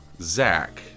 Zach